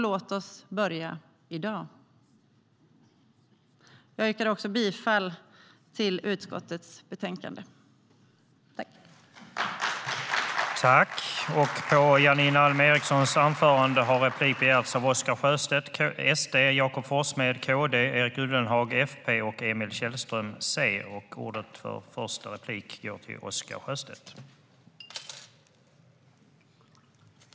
Låt oss börja i dag!